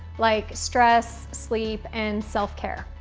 like stress, sleep, and self care.